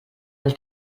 del